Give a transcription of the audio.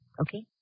Okay